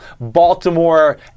Baltimore